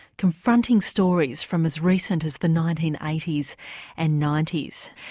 confronting stories from as recent as the nineteen eighty s and ninety s.